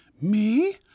Me